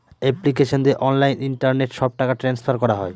application দিয়ে online internet সব টাকা ট্রান্সফার করা হয়